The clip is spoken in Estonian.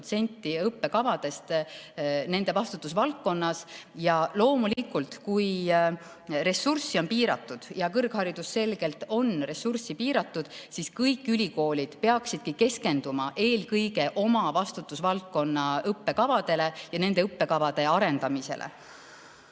õppekavadest nende vastutusvaldkonnas. Loomulikult, kui ressurss on piiratud – ja kõrghariduses on selgelt ressurss piiratud –, siis kõik ülikoolid peaksidki keskenduma eelkõige oma vastutusvaldkonna õppekavade arendamisele.